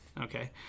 Okay